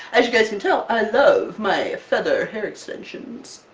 as you guys can tell, i love my feather hair extensions!